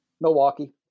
Milwaukee